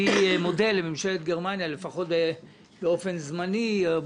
אני מודה לממשלת גרמניה, לפחות באופן זמני,